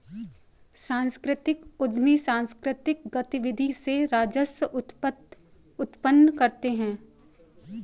सांस्कृतिक उद्यमी सांकृतिक गतिविधि से राजस्व उत्पन्न करते हैं